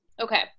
Okay